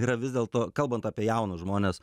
yra vis dėlto kalbant apie jaunus žmones